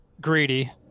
greedy